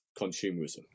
consumerism